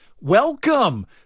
welcome